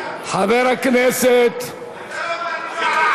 חבר הכנסת אוסאמה,